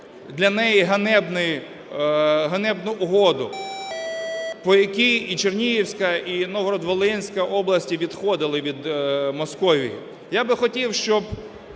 ганебний… ганебну угоду, по якій і Чернігівська, і Новгород-Волинська області відходили від Московії. Я би хотів, щоб